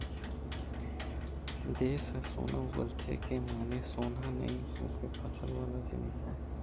देस ह सोना उगलथे के माने सोनहा नइ होके फसल वाला जिनिस आय